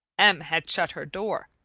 m. had shut her door,